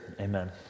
Amen